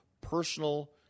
personal